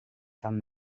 van